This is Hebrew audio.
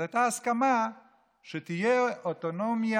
אז הייתה הסכמה שתהיה אוטונומיה